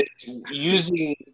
using